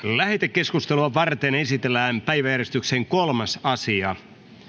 lähetekeskustelua varten esitellään päiväjärjestyksen kolmas asia